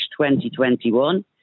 2021